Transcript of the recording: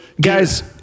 Guys